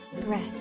breath